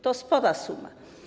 To spora suma.